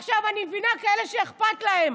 עכשיו, אני מבינה כאלה שאכפת להם.